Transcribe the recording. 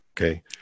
okay